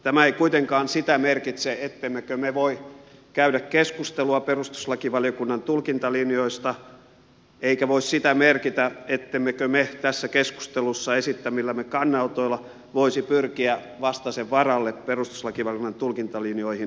tämä ei kuitenkaan merkitse sitä ettemmekö voi käydä keskustelua perustuslakivaliokunnan tulkintalinjoista eikä se voi sitä merkitä ettemmekö me tässä keskustelussa esittämillämme kannanotoilla voisi pyrkiä vastaisen varalle perustuslakivaliokunnan tulkintalinjoihin vaikuttamaan